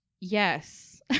Yes